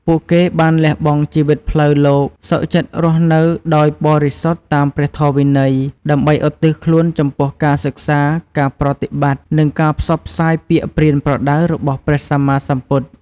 ពួកគេបានលះបង់ជីវិតផ្លូវលោក សុខចិត្តរស់នៅដោយបរិសុទ្ធតាមព្រះធម៌វិន័យ ដើម្បីឧទ្ទិសខ្លួនចំពោះការសិក្សា ការប្រតិបត្តិ និងការផ្សព្វផ្សាយពាក្យប្រៀនប្រដៅរបស់ព្រះសម្មាសម្ពុទ្ធ។